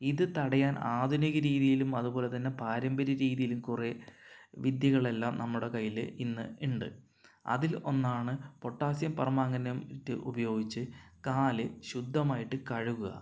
ഇത് തടയാൻ ആധുനിക രീതിയിലും അതുപോലെ തന്നെ പാരമ്പര്യ രീതിലും കുറേ വിദ്യകളെല്ലാം നമ്മുടെ കയ്യിൽ ഇന്ന് ഉണ്ട് അതിൽ ഒന്നാണ് പൊട്ടാസ്യം പെർമാംഗനേറ്റ് ഉപയോഗിച്ച് കാൽ ശുദ്ധമായിട്ട് കഴുകുക